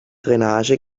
drainage